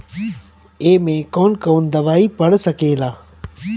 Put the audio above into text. ए में कौन कौन दवाई पढ़ सके ला?